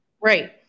right